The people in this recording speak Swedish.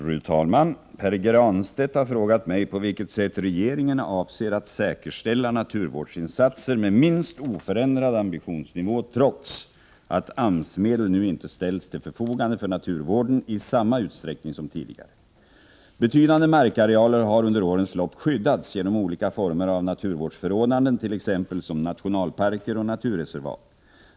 Fru talman! Pär Granstedt har frågat mig på vilket sätt regeringen avser att säkerställa naturvårdsinsatser med minst oförändrad ambitionsnivå trots att AMS-medel nu inte ställs till förfogande för naturvården i samma utsträckning som tidigare. Betydande markarealer har under årens lopp skyddats genom olika former av naturvårdsförordnanden, t.ex. som nationalparker och naturreservat.